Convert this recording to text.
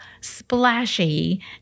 splashy